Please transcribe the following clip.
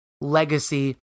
Legacy